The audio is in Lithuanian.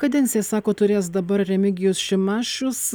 kadenciją sako turės dabar remigijus šimašius